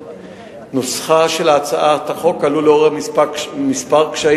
נוסחה של הצעת החוק עלול לעורר כמה קשיים